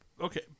Okay